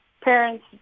parents